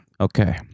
Okay